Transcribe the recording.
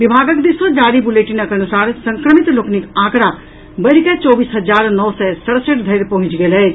विभागक दिस सँ जारी बुलेटिनक अनुसार संक्रमित लोकनिक आंकड़ा बढ़िकऽ चौबीस हजार नओ सय सड़सठि धरि पहुंचि गेल अछि